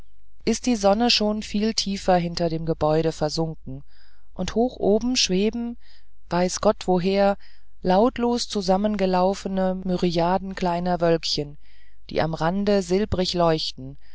ist die sonne schon viel tiefer hinter dem gebäude versunken und hoch oben schweben weiß gott woher lautlos zusammengelaufene myriaden kleiner wölkchen die am rande silbrig leuchten